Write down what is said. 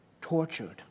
tortured